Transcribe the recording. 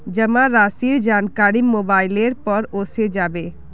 जमा राशिर जानकारी मोबाइलेर पर ओसे जाबे